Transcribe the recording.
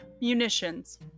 munitions